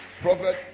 prophet